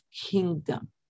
kingdom